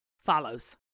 follows